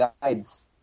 guides